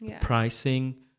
pricing